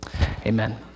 Amen